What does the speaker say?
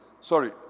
sorry